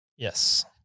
Yes